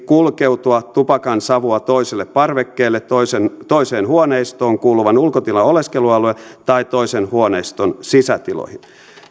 kulkeutua tupakansavua toiselle parvekkeelle toiseen huoneistoon kuuluvan ulkotilan oleskelualueelle tai toisen huoneiston sisätiloihin